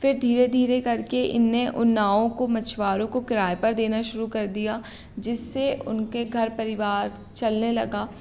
फ़िर धीरे धीरे करके इन ने उन नावों को मछुआरों को किराए पर देना शुरू कर दिया जिससे उनके घर परिवार चलने लगा